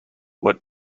what